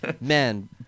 Man